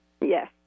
yes